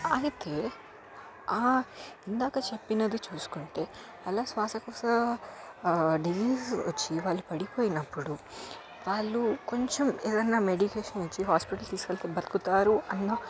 అందుకే ఇందాక చెప్పింది చూసుకొంటే అలా శ్వాసకోశ డిసీజెస్ వచ్చి వాళ్ళు పడిపోయినపుడు వాళ్ళు కొంచెం ఏదైనా మెడికేషన్ ఇచ్చి హాస్పిటల్కి తీసుకెళితే బ్రతుకుతారు